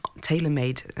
tailor-made